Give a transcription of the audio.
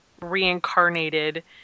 reincarnated